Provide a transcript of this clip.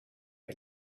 her